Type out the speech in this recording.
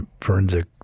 forensic